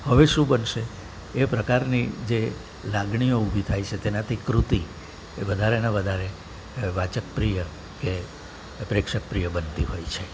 હવે શું બનશે એ પ્રકારની જે લાગણીઓ ઊભી થાય છે તેનાથી કૃતિ એ વધારે ને વધારે વાચક પ્રિય કે પ્રેક્ષક પ્રિય બનતી હોય છે